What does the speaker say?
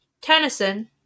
Tennyson